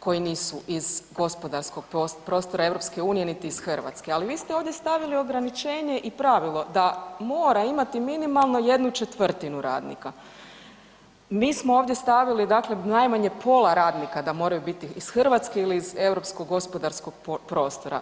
koji nisu iz gospodarskog prostora EU niti iz Hrvatske, ali vi ste ovdje stavili ograničenje i pravilo da mora imati minimalno 1/4 radnika, mi smo ovdje stavili dakle najmanje pola radnika da moraju biti iz Hrvatske ili iz Europskog gospodarskog prostora.